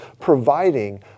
providing